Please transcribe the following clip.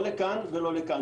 לא לכאן ולא לכאן.